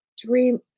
Dream